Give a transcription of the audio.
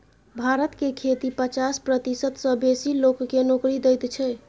भारत के खेती पचास प्रतिशत सँ बेसी लोक केँ नोकरी दैत छै